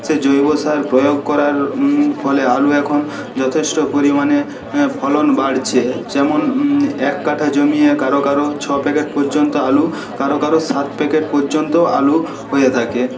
সে জৈব সার প্রয়োগ করার ফলে আলু এখন যথেষ্ট পরিমাণে ফলন বাড়ছে যেমন এক কাঠা জমি কারো কারো ছয় প্যাকেট পর্যন্ত আলু কারো কারো সাত প্যাকেট পর্যন্ত আলু হয়ে থাকে